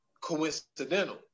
coincidental